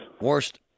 Worst